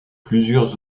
plusieurs